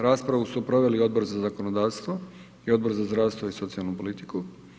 Raspravu su proveli Odbor za zakonodavstvo i Odbor za zdravstvo i socijalnu politiku.